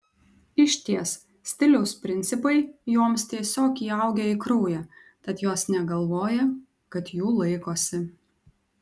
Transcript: išties stiliaus principai joms tiesiog įaugę į kraują tad jos negalvoja kad jų laikosi